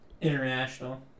International